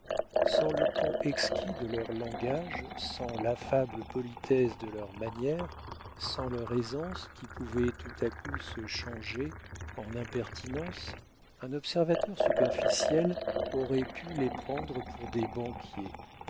sans le ton exquis de leur langage sans l'affable politesse de leurs manières sans leur aisance qui pouvait tout à coup se changer en impertinence un observateur superficiel aurait pu les prendre pour des banquiers